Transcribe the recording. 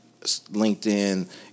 LinkedIn